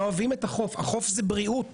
החוף זה בריאות